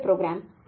programme M